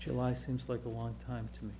july seems like a long time to